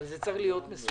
אבל זה צריך להיות מסודר.